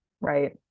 right